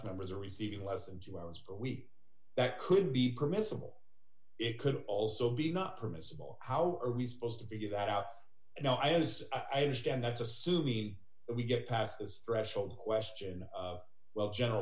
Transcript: members are receiving less than two hours a week that could be permissible it could also be not permissible how are we supposed to figure that out now i was aged and that's assuming we get past this threshold question of well general